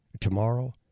tomorrow